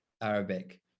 Arabic